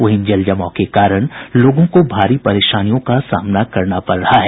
वहीं जल जमाव के कारण लोगों को भारी परेशानियों का सामना करना पड़ रहा है